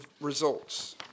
results